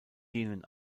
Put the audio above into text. denen